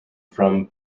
from